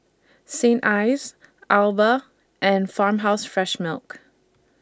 Saint Ives Alba and Farmhouse Fresh Milk